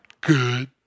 Good